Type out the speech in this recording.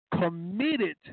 committed